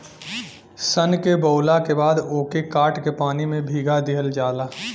सन के बोवला के बाद ओके काट के पानी में भीगा दिहल जाला